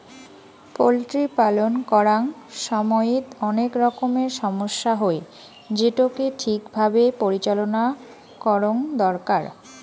poultry পালন করাং সমইত অনেক রকমের সমস্যা হই, যেটোকে ঠিক ভাবে পরিচালনা করঙ দরকার